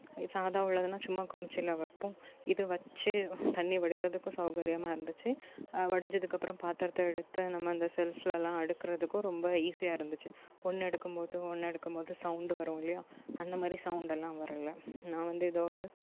சாதா உள்ளதுனால் சும்மா குமிச்சில வைப்போம் இது வச்சே தண்ணி வடிகிறதுக்கும் சௌகரியமாக இருந்துச்சு வடிஞ்சதுக்கு அப்புறம் பாத்திரத்த எடுத்து நம்ம அந்த செல்ஃப்லலாம் அடுக்குகிறதுக்கும் ரொம்ப ஈஸியாக இருந்துச்சு ஒன்று எடுக்கும் போதும் ஒன்று எடுக்கும் போது சவுண்டு வரும் இல்லையா அந்த மாதிரி சவுண்டெல்லாம் வர்ல நான் வந்து இதை ஒரு